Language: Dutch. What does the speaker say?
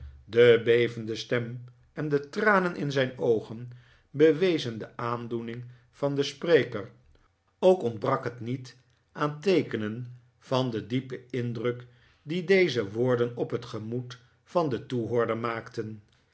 de bevende stem en de tranen in zijn oogen bewezen de aandoening van den spreker ook ontbrak het niet aan teekenen van den diepen indruk dien deze woorden op het gemoed van den toehoorder maakten